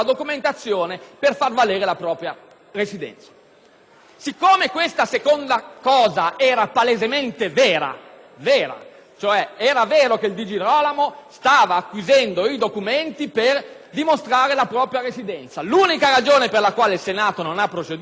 Siccome questa seconda circostanza era palesemente vera, cioè era vero che Di Girolamo stava acquisendo i documenti per dimostrare la propria residenza, l'unica ragione per la quale il Senato non ha proceduto all'autorizzazione dell'arresto è perché nutriva dei dubbi